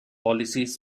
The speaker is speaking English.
policies